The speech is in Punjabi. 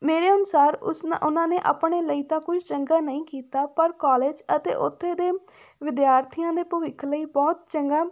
ਮੇਰੇ ਅਨੁਸਾਰ ਉਸਨਾ ਉਹਨਾਂ ਨੇ ਆਪਣੇ ਲਈ ਤਾਂ ਕੁਛ ਚੰਗਾ ਨਹੀਂ ਕੀਤਾ ਪਰ ਕੋਲਜ ਅਤੇ ਉੱਥੇ ਦੇ ਵਿਦਿਆਰਥੀਆਂ ਦੇ ਭਵਿੱਖ ਲਈ ਬਹੁਤ ਚੰਗਾ